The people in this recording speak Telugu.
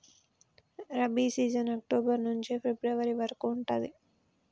రబీ సీజన్ అక్టోబర్ నుంచి ఫిబ్రవరి వరకు ఉంటది